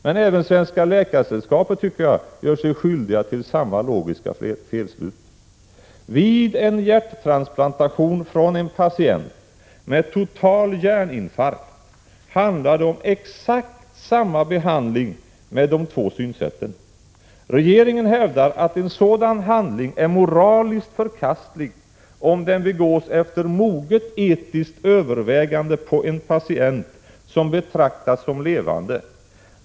Men även Svenska läkaresällskapet gör sig skyldigt till samma logiska felslut. Vid en hjärttransplantation från en patient med total hjärninfarkt handlar det om exakt samma behandling med de två synsätten. Regeringen hävdar att en sådan handling är moraliskt förkastlig om den begås efter moget etiskt övervägande på en patient som betraktas som levande.